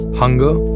hunger